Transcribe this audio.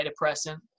antidepressant